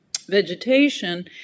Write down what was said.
vegetation